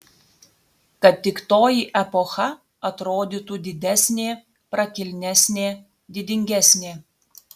kad tik toji epocha atrodytų didesnė prakilnesnė didingesnė